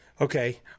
Okay